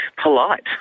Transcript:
polite